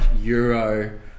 Euro